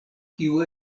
kiu